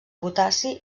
potassi